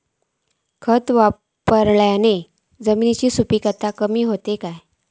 खत वापरला तर जमिनीची सुपीकता कमी जाता काय?